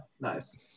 nice